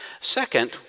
Second